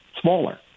smaller